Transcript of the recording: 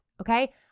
Okay